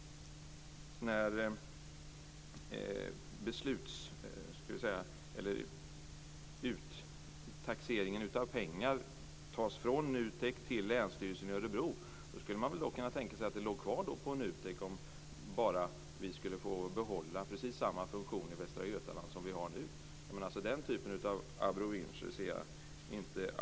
Uttaxeringen av pengar tas nu från NUTEK till Länsstyrelsen i Örebro, men då går det väl att tänka sig att den ligger kvar på NUTEK om Västra Götaland får behålla samma funktion som nu. Jag ser inte några skäl till den typen av abrovinker.